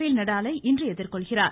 பேல் நடாலை இன்று எதிர்கொள்கிறார்